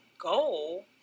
goal